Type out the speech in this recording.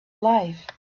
life